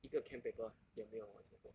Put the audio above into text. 一个 chem paper 也没有完成过